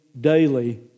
daily